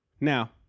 Now